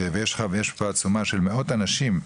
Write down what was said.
ויש פה עצומה של מאות אנשים,